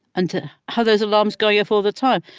and to have those alarms going off all the time.